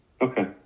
Okay